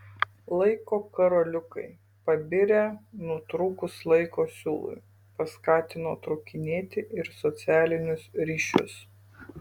laiko karoliukai pabirę nutrūkus laiko siūlui paskatino trūkinėti ir socialinius ryšius